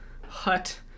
hut